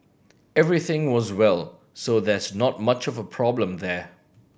everything was well so there's not much of problem there